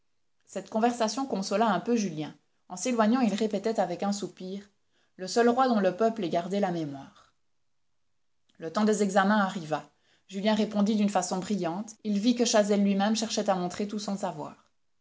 cette conversation consola un peu julien en s'éloignant il répétait avec un soupir le seul roi dont le peuple ait gardé la mémoire le temps des examens arriva julien répondit d'une façon brillante il vit que chazel lui-même cherchait à montrer tout son savoir